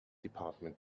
department